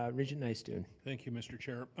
um regent nystuen. thank you, mr. chair.